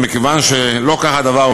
ומכיוון שלא כך הדבר,